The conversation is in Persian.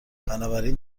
بنابراین